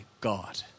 God